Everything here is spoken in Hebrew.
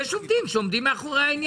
יש עובדים שעומדים מאחורי זה.